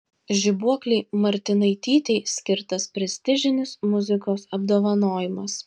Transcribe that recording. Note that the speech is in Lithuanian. žibuoklei martinaitytei skirtas prestižinis muzikos apdovanojimas